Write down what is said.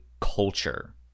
culture